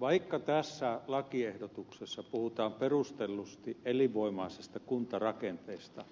vaikka tässä lakiehdotuksessa puhutaan perustellusti elinvoimaisesta kuntarakenteesta